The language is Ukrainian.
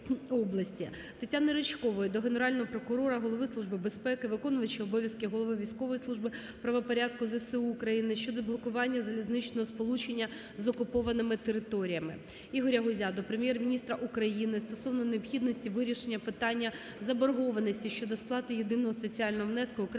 Тетяни Ричкової до Генерального прокурора, голови Служби безпеки, виконувача обов’язків голови військової служби правопорядку ЗСУ України щодо блокування залізничного сполучення з окупованими територіями. Ігоря Гузя до Прем'єр-міністра України стосовно необхідності вирішення питання заборгованості щодо сплати єдиного соціального внеску окремими